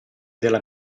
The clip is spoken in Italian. della